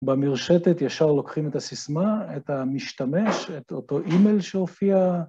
במרשתת ישר לוקחים את הסיסמה, את המשתמש, את אותו אימייל שהופיע.